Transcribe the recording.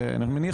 ואני מניח